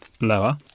lower